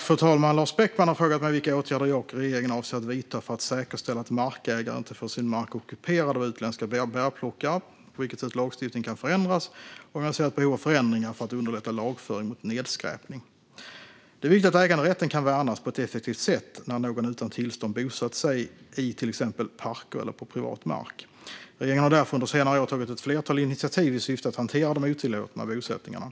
Fru talman! har frågat mig vilka åtgärder jag och regeringen avser att vidta för att säkerställa att markägare inte får sin mark ockuperad av utländska bärplockare, på vilket sätt lagstiftningen kan förändras och om jag ser ett behov av förändringar för att underlätta lagföring mot nedskräpning. Det är viktigt att äganderätten kan värnas på ett effektivt sätt när någon utan tillstånd bosatt sig i till exempel parker eller på privat mark. Regeringen har därför under senare år tagit ett flertal initiativ i syfte att hantera de otillåtna bosättningarna.